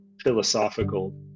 philosophical